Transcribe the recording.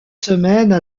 semaines